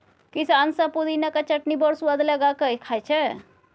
किसान सब पुदिनाक चटनी बड़ सुआद लगा कए खाइ छै